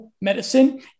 medicine